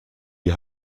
die